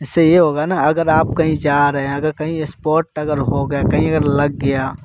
इससे यह होगा ना अगर आप कहीं जा रहे हैं अगर कहीं स्पॉट कहीं हो गया कहीं लग गया